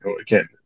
again